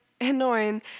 annoying